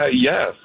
Yes